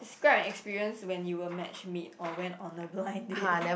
describe an experience when you were match made or went on a blind date